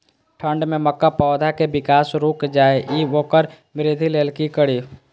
ठंढ में मक्का पौधा के विकास रूक जाय इ वोकर वृद्धि लेल कि करी?